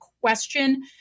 question